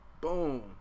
Boom